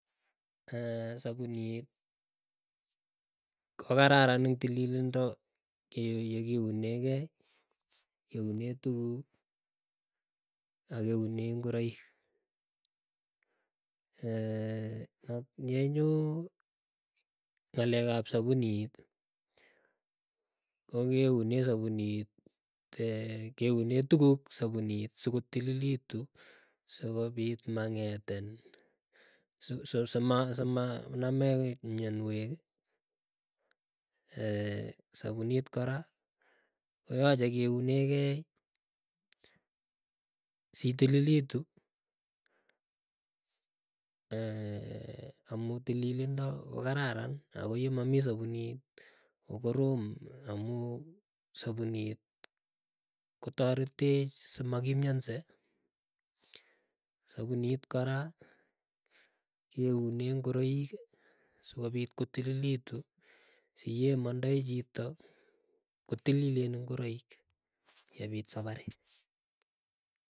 sapunit kokararan ing tililindo yekiunekei keune tukuk ak keunee ngoroik ng'enyo ng'alek ap sapunit. Ko keunee sapuniit keunee tukuk sapunit sikotililitu, sikopit mang'etin sima namech mianwek sapuniit kora sapunit kora koyache keunekei, sitililitu amuu tililindo ko kararan ako yemamii sapunit ko korom amuu sapunit kotorech simakimianse. Sapunit kora keunee ngoroik, sokopit kotililitu. siyemandai chito kotililen ingoroik yepit saparit.